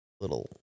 little